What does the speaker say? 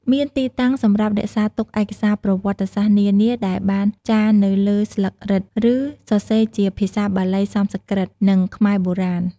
មានទីតាំងសម្រាប់រក្សាទុកឯកសារប្រវត្តិសាស្ត្រនានាដែលបានចារនៅលើស្លឹករឹត ឬសរសេរជាភាសាបាលី សំស្ក្រឹត និងខ្មែរបុរាណ។